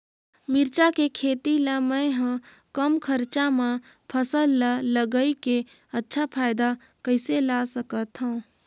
मिरचा के खेती ला मै ह कम खरचा मा फसल ला लगई के अच्छा फायदा कइसे ला सकथव?